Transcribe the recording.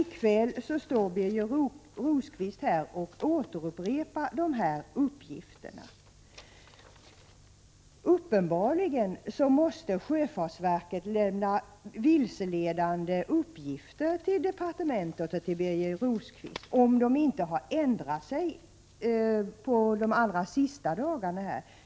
I kväll står Birger Rosqvist här och återupprepar dessa uppgifter. Uppenbarligen måste sjöfartsverket ha lämnat vilseledande uppgifter till departementet och till Birger Rosqvist om det nu inte har ändrat sig på de allra senaste dagarna.